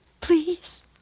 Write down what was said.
Please